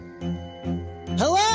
Hello